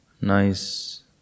nice